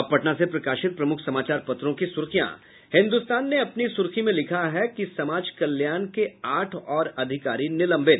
अब पटना से प्रकाशित प्रमुख समाचार पत्रों की सुर्खियां हिन्दुस्तान ने अपनी सुर्खी में लिखा है कि समाज कल्याण के आठ और अधिकारी निलंबित